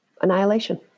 annihilation